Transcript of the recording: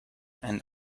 and